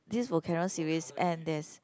this volcano series and there's